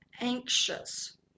anxious